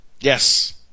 Yes